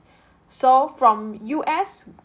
so from U_S